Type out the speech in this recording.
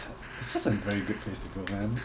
it's just a very good place to go man